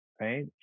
right